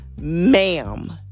Ma'am